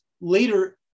later